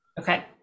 Okay